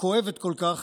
הכואבת כל כך